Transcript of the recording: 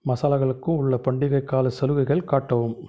மசாலாக்களுக்கு உள்ள பண்டிகைக் காலச் சலுகைகள் காட்டவும்